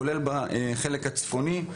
כולל בחלק הצפוני.